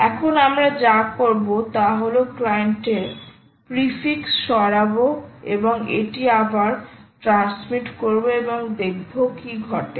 এখন আমরা যা করব তা হল ক্লায়েন্টের প্রিফিক্স সরাবো এবং এটি আবার ট্রান্সমিট করবো এবং দেখবো কি ঘটে